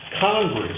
Congress